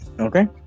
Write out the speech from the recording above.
Okay